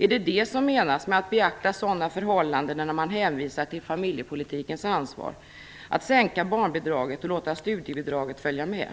Är det detta som menas med att beakta sådana förhållanden när man hänvisar till familjepolitikens ansvar, dvs. att sänka barnbidraget och låta studiebidraget följa med?